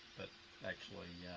but actually,